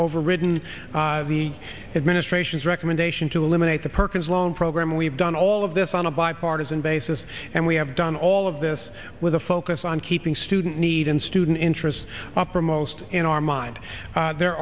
overridden the administration's recommendation to eliminate the perkins loan program and we have done all of this on a bipartisan basis and we have done all of this with a focus on keeping student need and student interest uppermost in our mind there